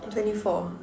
twenty four